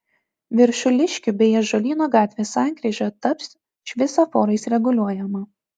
viršuliškių bei ąžuolyno gatvės sankryža taps šviesoforais reguliuojama